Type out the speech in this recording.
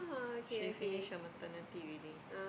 she finish her maternity already